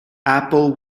apple